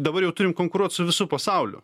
dabar jau turim konkuruot su visu pasauliu